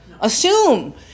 assume